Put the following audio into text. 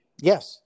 Yes